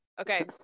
Okay